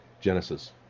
Genesis